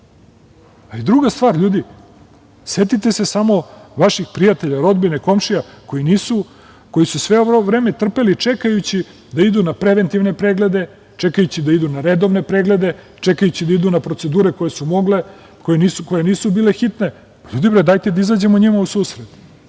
radimo. Druga stvar, ljudi, setite se samo vaših prijatelja, rodbine, komšija koji su sve ovo vreme trpeli čekajući da idu na preventivne preglede, čekajući da idu na redovne preglede, čekajući da idu na procedure koje su mogle, koje nisu bile hitne. Ljudi, dajete da izađemo njima u susret.